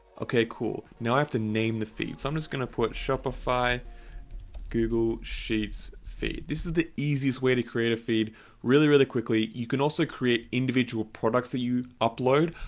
okay cool now i have to name the feed. so i'm just gonna put shopify google sheets feed. this is the easiest way to create a feed really, really quickly. you can also create individual products that you upload.